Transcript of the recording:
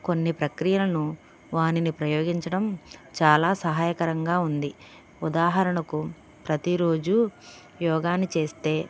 కొన్ని ప్రక్రియలను వానిని ప్రయోగించడం చాలా సహాయకరంగా ఉంది ఉదాహరణకు ప్రతిరోజు యోగాని చేస్తే